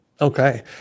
Okay